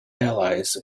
allies